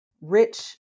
rich